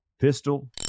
pistol